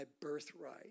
birthright